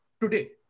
today